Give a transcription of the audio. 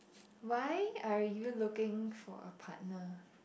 why are you looking for a partner